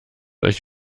euch